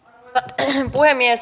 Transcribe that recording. arvoisa puhemies